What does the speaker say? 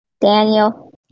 Daniel